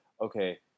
okay